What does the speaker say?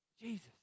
Jesus